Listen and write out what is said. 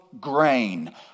grain